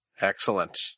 Excellent